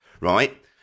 right